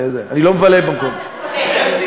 אני לא מבלה במקומות, תלוי איפה אתה קונה.